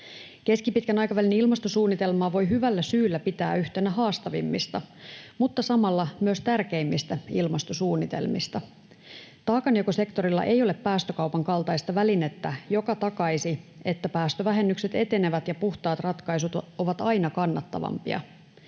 Keskipitkän aikavälin ilmastosuunnitelmaa voi hyvällä syyllä pitää yhtenä haastavimmista mutta samalla myös tärkeimmistä ilmastosuunnitelmista. Taakanjakosektorilla ei ole päästökaupan kaltaista välinettä, joka takaisi, että päästövähennykset etenevät ja puhtaat ratkaisut ovat aina kannattavampia